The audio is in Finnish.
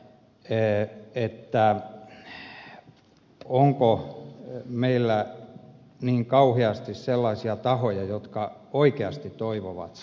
voidaan kysyä onko meillä niin kauheasti sellaisia tahoja jotka oikeasti toivovat sitä